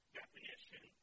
definition